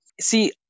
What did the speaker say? see